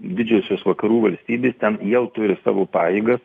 didžiosios vakarų valstybės ten jau turi savo pajėgas